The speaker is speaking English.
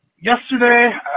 yesterday